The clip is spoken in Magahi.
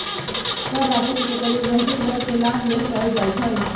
कर राजस्व के प्रयोग वंचित वर्ग के लाभ लेल कएल जाइ छइ